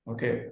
Okay